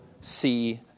see